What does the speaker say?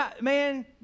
Man